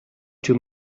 too